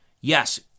Yes